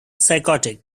psychotic